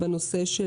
גם קשה להם,